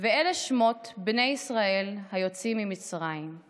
"ואלה שמות בני ישראל היוצאים ממצרים /